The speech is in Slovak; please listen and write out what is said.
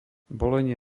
bolenie